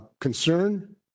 concern